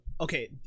okay